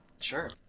Sure